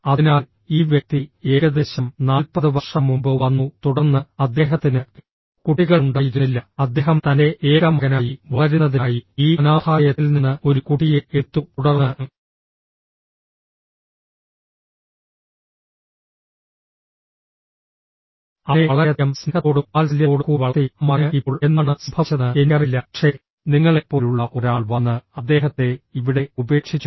അതിനാൽ ഈ വ്യക്തി ഏകദേശം 40 വർഷം മുമ്പ് വന്നു തുടർന്ന് അദ്ദേഹത്തിന് കുട്ടികളുണ്ടായിരുന്നില്ല അദ്ദേഹം തന്റെ ഏക മകനായി വളരുന്നതിനായി ഈ അനാഥാലയത്തിൽ നിന്ന് ഒരു കുട്ടിയെ എടുത്തു തുടർന്ന് അവനെ വളരെയധികം സ്നേഹത്തോടും വാത്സല്യത്തോടും കൂടി വളർത്തി ആ മകന് ഇപ്പോൾ എന്താണ് സംഭവിച്ചതെന്ന് എനിക്കറിയില്ല പക്ഷേ നിങ്ങളെപ്പോലുള്ള ഒരാൾ വന്ന് അദ്ദേഹത്തെ ഇവിടെ ഉപേക്ഷിച്ചു